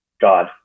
God